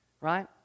right